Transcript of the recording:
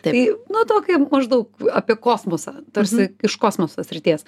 tai nu tokį maždaug apie kosmosą tarsi iš kosmoso srities